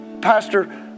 Pastor